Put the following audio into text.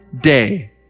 day